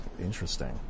interesting